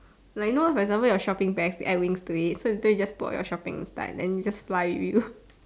like you know one example your shopping bags you add wings to it so later you just put all your shopping inside then you just fly it with you